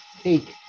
take